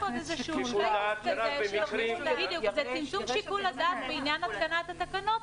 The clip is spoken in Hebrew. שלייקס כזה לצמצום שיקול הדעת בעניין התקנת התקנות,